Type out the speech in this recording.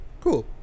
Cool